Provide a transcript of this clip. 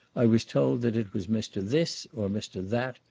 i was told that it was mr. this, or mr. that,